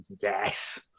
yes